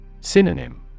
Synonym